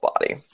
body